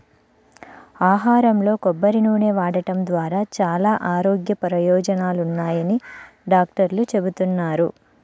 ఆహారంలో కొబ్బరి నూనె వాడటం ద్వారా చాలా ఆరోగ్య ప్రయోజనాలున్నాయని డాక్టర్లు చెబుతున్నారు